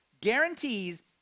guarantees